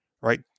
right